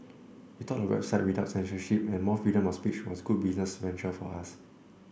we thought a website without censorship and more freedom of speech a good business venture for us